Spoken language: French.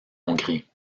hongrie